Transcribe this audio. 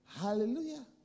Hallelujah